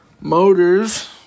Motors